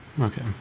Okay